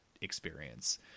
experience